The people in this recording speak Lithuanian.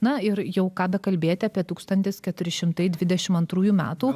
na ir jau ką bekalbėti apie tūkstantis keturi šimtai dvidešimt antrųjų metų